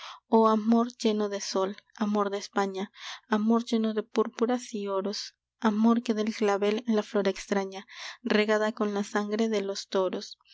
o amor lleno de sol amor de españa amor lleno de púrpuras y oros amor que da el clavel la flor extraña regada con la sangre de los toros